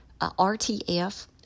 RTF